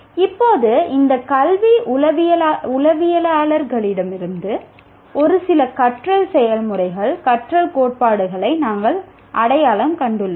இப்போது இந்த கல்வி உளவியலாளர்களிடமிருந்து ஒரு சில கற்றல் செயல்முறைகள் கற்றல் கோட்பாடுகளை நாங்கள் அடையாளம் கண்டுள்ளோம்